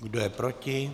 Kdo je proti?